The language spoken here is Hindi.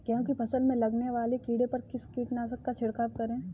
गेहूँ की फसल में लगने वाले कीड़े पर किस कीटनाशक का छिड़काव करें?